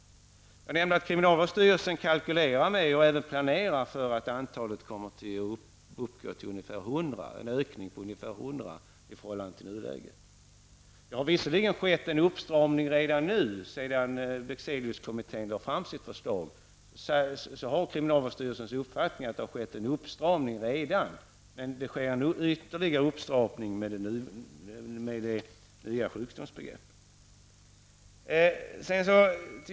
Jag nämnde att kriminalvårdsstyrelsen kalkylerar med -- och planerar för -- att det kommer att bli en ökning med 100 i förhållande till nuläget. Det har visserligen, enligt kriminalvårdsstyrelsens uppfattning, redan skett en åtstramning, sedan Bexeliuskommittén lade fram sitt förslag. Men det sker en ytterligare åtstramning med det nya sjukdomsbegreppet.